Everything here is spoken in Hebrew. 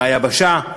מהיבשה.